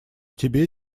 тебе